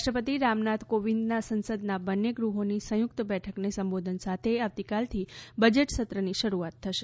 રાષ્ટ્રપતિ રામનાથ કોવિંદના સંસદના બંને ગૃહોની સંયુક્ત બેઠકને સંબોધન સાથે આવતીકાલથી બજેટ સત્રની શરૂઆત થશે